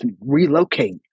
Relocate